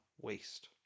waste